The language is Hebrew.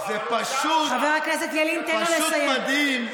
פשוט מדהים,